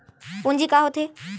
पूंजी का होथे?